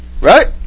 right